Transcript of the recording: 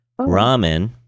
ramen